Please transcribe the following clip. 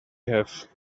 have